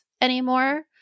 anymore